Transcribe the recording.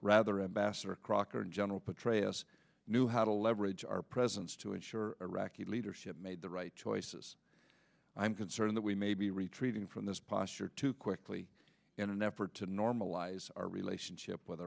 rather ambassador crocker and general petraeus knew how to leverage our presence to ensure iraqi leadership made the right choices i'm concerned that we may be retreating from this posture too quickly in an effort to normalize our relationship with